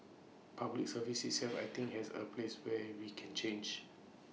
Public Service itself I think there are places where we can change